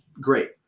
great